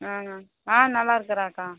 ஆ ஆ நல்லாயிருக்குறாக்கா